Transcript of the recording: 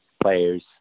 Players